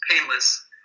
painless